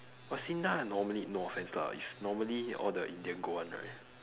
but SINDA normally no offence lah it's normally all the indian go one right